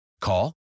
Call